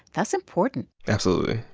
that's important absolutely.